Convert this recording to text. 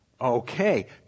Okay